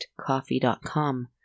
coffee.com